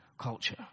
culture